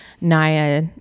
Naya